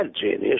genius